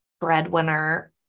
breadwinner